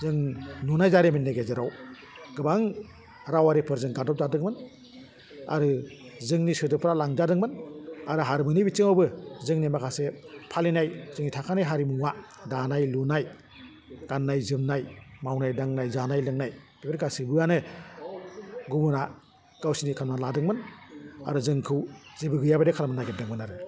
जों नुनाय जारिमिननि गेजेराव गोबां रावारिफोरजों गादब जादोंमोन आरो जोंनि सोदोबफ्रा लांजादोंमोन आरो हारिमुनि बिथिङावबो जोंनि माखासे फालिनाय जोंनि थाखानाय हारिमुआ दानाय लुनाय गान्नाय जोमनाय मावनाय दांनाय जानाय लोंनाय बेफोर गासिबोआनो गुबुना गावसिनि खालामना लादोंमोन आरो जोंखौ जेबो गैआ बादि खालामनो नागिरदोंमोन आरो